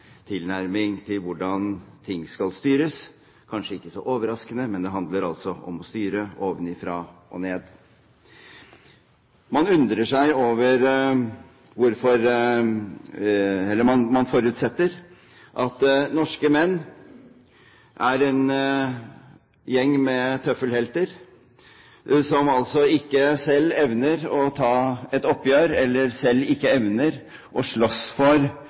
tilnærming til hvordan ting skal styres. Kanskje ikke så overraskende, det handler om å styre ovenfra og ned. Man forutsetter at norske menn er en gjeng med tøffelhelter som ikke selv evner å ta et oppgjør, eller selv ikke evner å slåss for